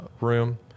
room